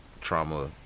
trauma